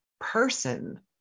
person